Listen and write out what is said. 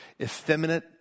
effeminate